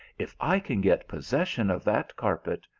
if i can get possession of that carpet,